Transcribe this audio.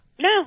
No